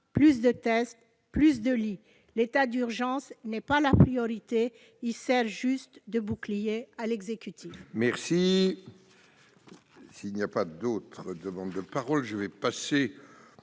plus de tests, plus de lits. L'état d'urgence n'est pas la priorité, il sert juste de bouclier à l'exécutif.